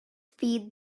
feed